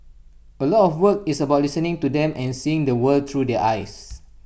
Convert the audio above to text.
A lot of the work is about listening to them and seeing the world through their eyes